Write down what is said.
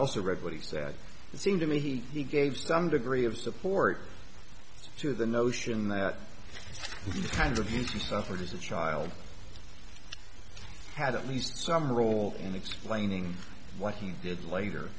also read what he said it seemed to me he gave some degree of support to the notion that kind of abuse you suffered as a child had at least some role in explaining what he did later